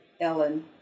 Ellen